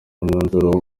umwanzuro